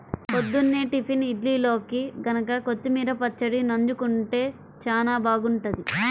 పొద్దున్నే టిఫిన్ ఇడ్లీల్లోకి గనక కొత్తిమీర పచ్చడి నన్జుకుంటే చానా బాగుంటది